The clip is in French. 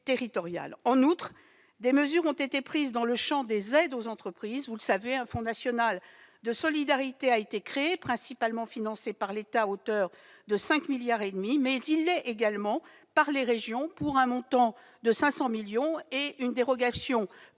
En outre, des mesures ont été prises dans le champ des aides aux entreprises. Vous le savez, un fonds national de solidarité a été créé, financé principalement par l'État à hauteur de 5,5 milliards d'euros, mais aussi par les régions, pour un montant de 500 millions d'euros. Une dérogation